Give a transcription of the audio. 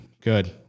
good